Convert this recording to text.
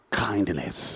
kindness